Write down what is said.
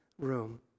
room